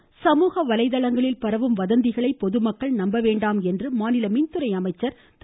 தங்கமணி சமூக வலைதளங்களில் பரவும் வதந்திகளை பொதுமக்கள் நம்ப வேண்டாம் என மாநில மின்துறை அமைச்சர் திரு